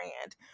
brand